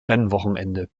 rennwochenende